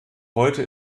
heute